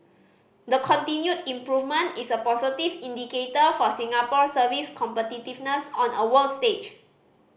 the continued improvement is a positive indicator for Singapore's service competitiveness on a world stage